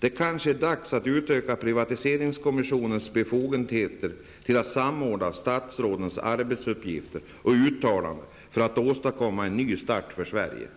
Det kanske är dags att utöka privatiseringskommissionens befogenheter till att samordna statsrådens arbetsuppgifter och uttalanden för att åstadkomma en ny start för Sverige.